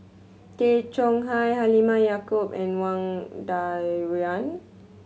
Tay Chong Hai Halimah Yacob and Wang Dayuan